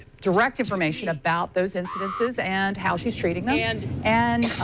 direct information about those incidences and how she's treating them. and, and